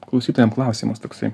klausytojam klausimas toksai